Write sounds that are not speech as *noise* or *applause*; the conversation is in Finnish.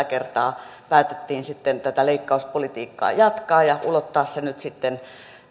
*unintelligible* kertaa päätettiin sitten tätä leikkauspolitiikkaa jatkaa ja ulottaa se nyt sitten